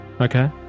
Okay